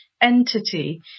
entity